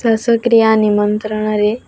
ଶ୍ୱାସକ୍ରିୟା ନିମନ୍ତ୍ରଣରେ